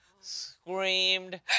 screamed